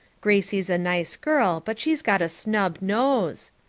gracie's a nice girl but she's got a snub nose.